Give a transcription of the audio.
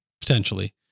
potentially